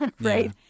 right